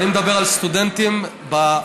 אני מדבר על סטודנטים בפקולטות,